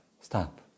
stop